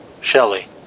Shelley